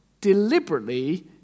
deliberately